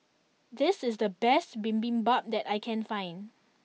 this is the best Bibimbap that I can find